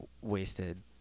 wasted